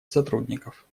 сотрудников